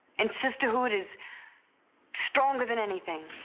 and sisterhood is stronger than anything.